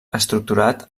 estructurat